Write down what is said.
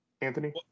Anthony